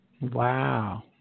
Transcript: Wow